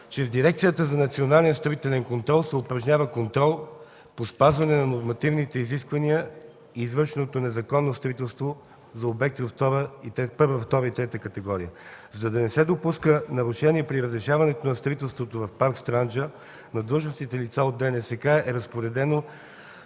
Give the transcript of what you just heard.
Чрез Дирекцията за национален строителен контрол се упражнява контрол по спазване на нормативните изисквания и извършеното незаконно строителство за обекти от първа, втора и трета категория. За да не се допуска нарушение при разрешаване на строителството в парк „Странджа”, на длъжностните лица от ДНСК е разпоредено